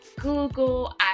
Google